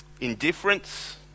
indifference